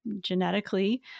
genetically